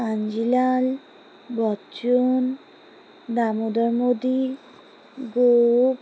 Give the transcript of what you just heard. Kanjilal Bachchan Damodar Modi Gope